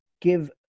give